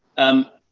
um,